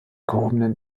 gehobenen